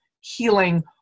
healing